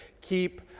Keep